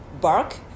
bark